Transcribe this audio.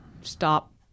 stop